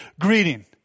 greeting